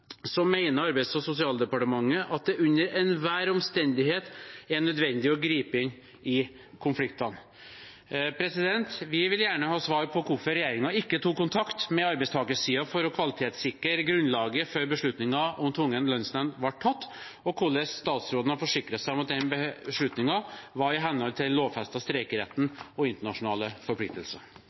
Arbeids- og sosialdepartementet at det under enhver omstendighet er nødvendig å gripe inn i konfliktene.» Vi vil gjerne ha svar på hvorfor regjeringen ikke tok kontakt med arbeidstakersiden for å kvalitetssikre grunnlaget før beslutningen om tvungen lønnsnemnd ble tatt, og hvordan statsråden har forsikret seg om at den beslutningen var i henhold til den lovfestede streikeretten og internasjonale forpliktelser.